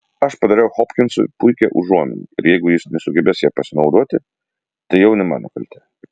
aš padariau hopkinsui puikią užuominą ir jeigu jis nesugebės ja pasinaudoti tai jau ne mano kaltė